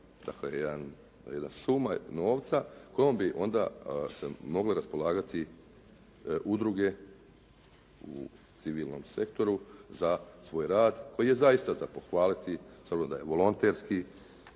jedna suma novca kojom bi onda se moglo raspolagati udruge u civilnom sektoru za svoj rad koji je zaista za pohvaliti s obzirom da je volonterski